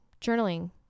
journaling